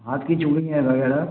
हाथ की चूड़ियाँ वग़ैरह